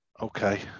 Okay